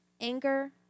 anger